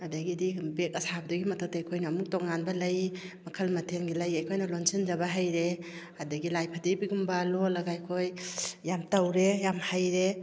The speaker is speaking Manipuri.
ꯑꯗꯒꯤꯗꯤ ꯕꯦꯛ ꯑꯁꯥꯕꯗꯨꯒꯤ ꯃꯊꯛꯇ ꯑꯩꯈꯣꯏꯅ ꯑꯃꯨꯛ ꯇꯣꯡꯉꯥꯟꯕ ꯂꯩ ꯃꯈꯜ ꯃꯊꯦꯜꯒꯤ ꯂꯩ ꯑꯩꯈꯣꯏꯅ ꯂꯣꯟꯁꯤꯟꯖꯕ ꯍꯩꯔꯦ ꯑꯗꯒꯤ ꯂꯥꯏꯐꯗꯤꯒꯨꯝꯕ ꯂꯣꯟꯂꯒ ꯑꯩꯈꯣꯏ ꯌꯥꯝ ꯇꯧꯔꯦ ꯌꯥꯝ ꯍꯩꯔꯦ